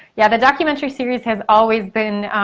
yeah, the documentary series has always been,